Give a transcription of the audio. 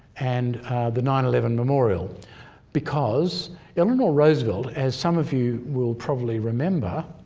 and the nine eleven memorial because eleanor roosevelt, as some of you will probably remember,